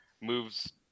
moves